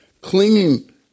clinging